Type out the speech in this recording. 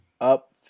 up